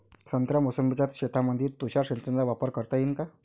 संत्रा मोसंबीच्या शेतामंदी तुषार सिंचनचा वापर करता येईन का?